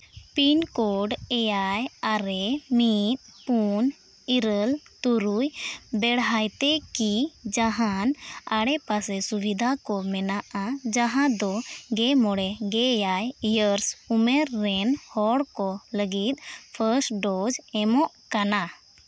pin code ᱮᱭᱟᱭ ᱟᱨᱮ ᱢᱤᱫ ᱯᱩᱱ ᱤᱨᱟᱹᱞ ᱛᱩᱨᱩᱭ ᱵᱮᱲᱦᱟᱭ ᱛᱮ ᱠᱤ ᱡᱟᱦᱟᱱ ᱟᱰᱮᱯᱟᱥᱮ ᱥᱩᱵᱤᱫᱟ ᱠᱚ ᱢᱮᱱᱟᱜᱼᱟ ᱡᱟᱦᱟᱸ ᱫᱚ ᱜᱮ ᱢᱚᱬᱮ ᱜᱮ ᱮᱭᱟᱭ ᱤᱭᱟᱨᱥ ᱩᱢᱮᱹᱨ ᱨᱮᱱ ᱦᱚᱲ ᱠᱚ ᱞᱟᱹᱜᱤᱫ ᱯᱷᱟᱥᱴ ᱰᱳᱡᱽ ᱮᱢᱚᱜ ᱠᱟᱱᱟ